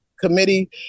committee